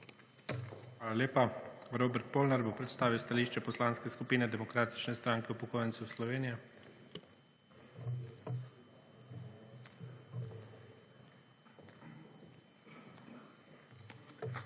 Hvala lepa. Ivan Hršak bo predstavil stališče Poslanske skupine Demokratične stranke upokojencev Slovenije. IVAN HRŠAK